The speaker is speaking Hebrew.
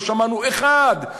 לא שמענו אחד,